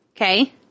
Okay